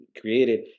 created